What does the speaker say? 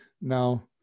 Now